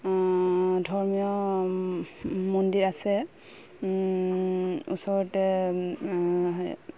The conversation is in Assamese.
ধৰ্মীয় মন্দিৰ আছে ওচৰতে